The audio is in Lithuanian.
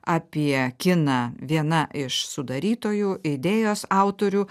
apie kiną viena iš sudarytojų idėjos autorių